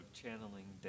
channeling